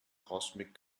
cosmic